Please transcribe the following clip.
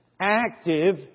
active